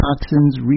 toxins